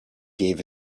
gave